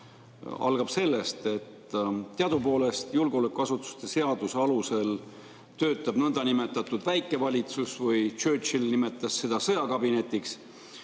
algab sellest, et teadupoolest julgeolekuasutuste seaduse alusel töötab nõndanimetatud väike valitsus, Churchill nimetas seda sõjakabinetiks.